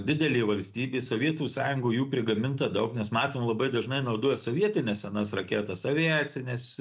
didelė valstybė sovietų sąjungoj jų prigaminta daug nes matom labai dažnai naudoja sovietines senas raketas aviacines